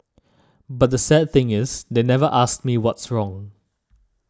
but the sad thing is they never asked me what's wrong